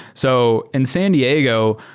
so in san diego,